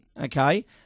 okay